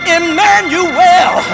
Emmanuel